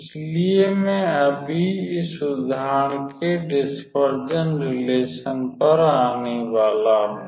इसलिए मैं अभी इस उदाहरण के डिस्पर्जन रिलेशन पर आने वाला हूं